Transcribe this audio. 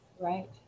Right